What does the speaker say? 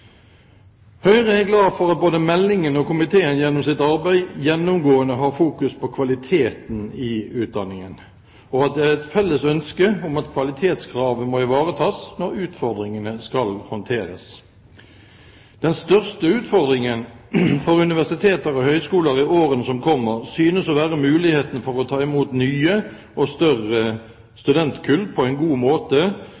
Høyre er glad for at både meldingen og komiteen gjennom sitt arbeid gjennomgående fokuserer på kvaliteten i utdanningen, og at det er et felles ønske at kvalitetskravet må ivaretas når utfordringene skal håndteres. Den største utfordringen for universiteter og høyskoler i årene som kommer, synes å være muligheten for å ta imot nye og større